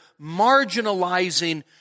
marginalizing